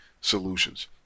solutions